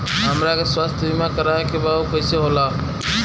हमरा के स्वास्थ्य बीमा कराए के बा उ कईसे होला?